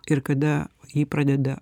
ir kada jį pradeda